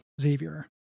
Xavier